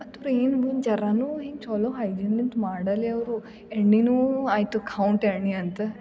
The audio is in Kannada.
ಮತ್ತು ಜರನೂ ಹಿಂಗೆ ಚೊಲೋ ಹೈದಿಲಿಂತ ಮಾಡಲೆ ಅವರು ಎಣ್ಣೆನೂ ಆಯಿತು ಕೌಂಟ್ ಎಣ್ಣೆ ಅಂತ